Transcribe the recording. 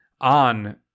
on